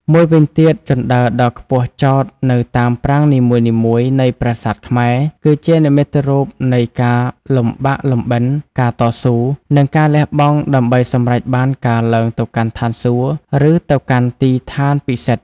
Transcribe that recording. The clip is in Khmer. មួយវិញទៀត ជណ្តើរដ៏ខ្ពស់ចោទនៅតាមប្រាង្គនីមួយៗនៃប្រាសាទខ្មែរ គឺជានិមិត្តរូបនៃការលំបាកលំបិន ការតស៊ូ និងការលះបង់ដើម្បីសម្រេចបានការឡើងទៅកាន់ឋានសួគ៌ ឬទៅកាន់ទីឋានពិសិដ្ឋ។